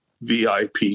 VIP